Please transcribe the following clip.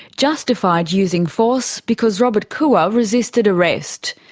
justified using force because robert koua resisted arrest.